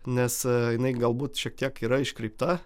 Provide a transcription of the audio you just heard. nes jinai galbūt šiek tiek yra iškreipta